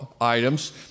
items